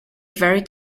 very